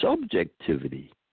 subjectivity